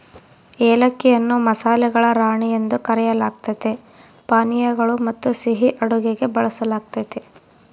ಏಲಕ್ಕಿಯನ್ನು ಮಸಾಲೆಗಳ ರಾಣಿ ಎಂದು ಕರೆಯಲಾಗ್ತತೆ ಪಾನೀಯಗಳು ಮತ್ತುಸಿಹಿ ಅಡುಗೆಗೆ ಬಳಸಲಾಗ್ತತೆ